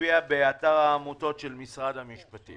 ומופיע באתר העמותות של משרד המשפטים.